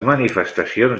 manifestacions